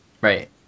Right